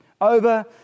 over